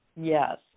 Yes